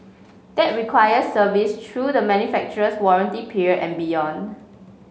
that requires service through the manufacturer's warranty period and beyond